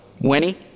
Winnie